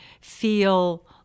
feel